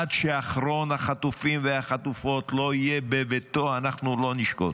עד שאחרון החטופים והחטופות יהיה בביתו אנחנו לא נשקוט.